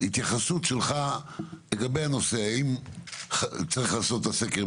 התייחסות שלך לגבי הנושא של סקר מבנים: האם צריך לעשות אותו,